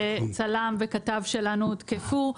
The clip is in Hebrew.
שצלם וכתב שלנו הותקפו.